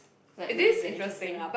like really very interesting